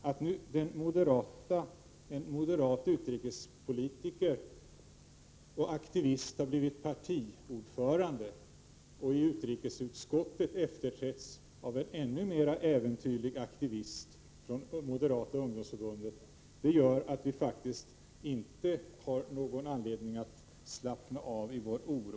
Att en moderat utrikespolitiker och aktivist nu har blivit partiordförande och i utrikesutskottet efterträtts av en ännu mer äventyrlig aktivist från det moderata ungdomsförbundet gör att vi faktiskt inte har någon anledning att slappna av i vår oro.